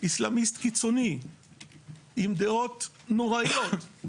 איסלאמיסט קיצוני עם דעות נוראיות.